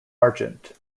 argent